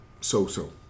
so-so